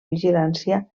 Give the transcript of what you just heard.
vigilància